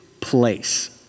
place